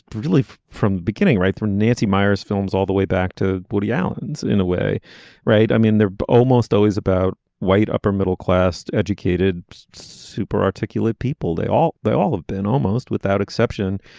really from beginning right from nancy meyers films all the way back to woody allen's in a way right. i mean they're almost always about white upper middle class educated super articulate people they all they all have been almost without exception.